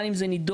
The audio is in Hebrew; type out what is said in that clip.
גם אם זה נידון,